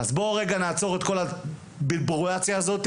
בואו נעצור, רגע, את כל הברבורציה הזו,